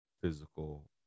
physical